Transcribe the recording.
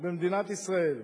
במדינת ישראל.